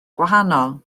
gwahanol